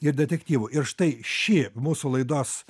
ir detektyvų ir štai ši mūsų laidos